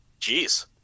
Jeez